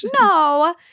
no